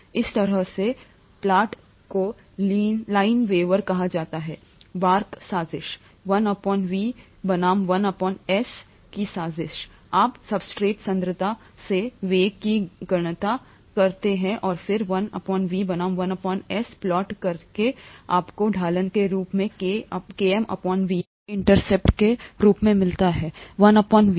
इस तरह के प्लॉट को Lineweaver कहा जाता है बर्क साजिश 1 वी बनाम 1 एस की साजिश आप सब्सट्रेट सांद्रता से वेग की गणना करते हैं और फिर 1 V बनाम 1 S प्लॉट करें आपको ढलान के रूप में Km Vm मिलता है और इंटरसेप्ट के रूप में 1 Vm